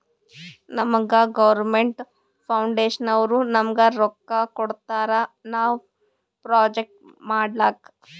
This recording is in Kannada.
ನಮುಗಾ ಗೌರ್ಮೇಂಟ್ ಫೌಂಡೇಶನ್ನವ್ರು ನಮ್ಗ್ ರೊಕ್ಕಾ ಕೊಡ್ತಾರ ನಾವ್ ಪ್ರೊಜೆಕ್ಟ್ ಮಾಡ್ಲಕ್